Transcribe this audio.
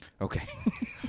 Okay